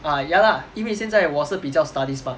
ah ya lah 因为现在我是比较 study smart